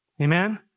Amen